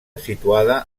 situada